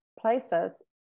places